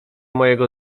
mojego